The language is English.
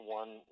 one